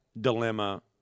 dilemma